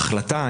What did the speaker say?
משה סעדה,